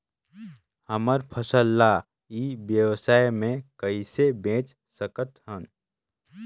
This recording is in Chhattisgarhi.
हमर फसल ल ई व्यवसाय मे कइसे बेच सकत हन?